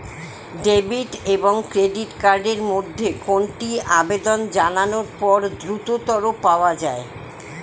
Debit এবং credit card এর মধ্যে কোনটি আবেদন জানানোর পর দ্রুততর পাওয়া য়ায়?